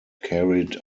carried